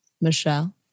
Michelle